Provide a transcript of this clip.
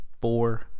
four